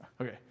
Okay